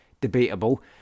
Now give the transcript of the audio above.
debatable